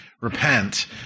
repent